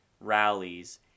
rallies